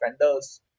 vendors